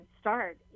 start